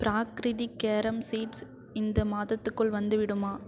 Prakritik carom seeds இந்த மாதத்துக்குள் வந்துவிடுமா